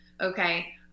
Okay